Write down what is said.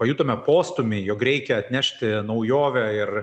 pajutome postūmį jog reikia atnešti naujovę ir